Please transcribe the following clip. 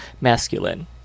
masculine